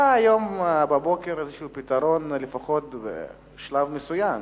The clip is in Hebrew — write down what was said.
היה היום בבוקר איזה פתרון, לפחות בשלב מסוים.